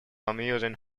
amusing